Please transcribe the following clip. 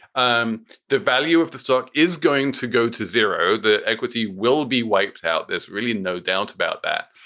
um the value of the stock is going to go to zero. the equity will be wiped out. there's really no doubt about that.